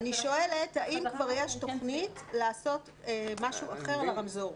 אני שואלת: האם יש כבר תוכנית לעשות מתווה אחר ל"רמזור"?